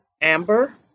Amber